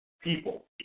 people